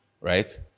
Right